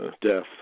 death